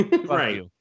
right